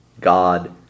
God